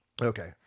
Okay